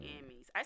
Emmys